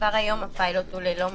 היום הפיילוט הוא ללא מזון.